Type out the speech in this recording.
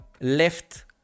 left